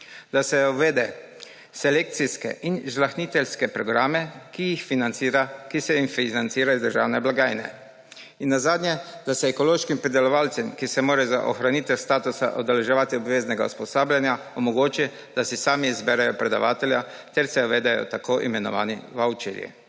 da se uvede selekcijske in žlahtniteljske programe, ki se jih financira iz državne blagajne. In nazadnje, da se ekološkim pridelovalcem, ki se morajo za ohranitev statusa udeleževati obveznega usposabljanja, omogoči, da si sami izberejo predavatelja, ter da se uvedejo tako imenovani vavčerji.